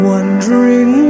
Wondering